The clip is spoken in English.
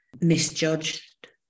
misjudged